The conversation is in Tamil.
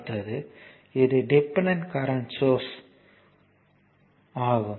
அடுத்தது இது டிபெண்டன்ட் கரண்ட் சோர்ஸ் ஆகும்